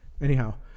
Anyhow